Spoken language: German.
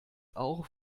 auch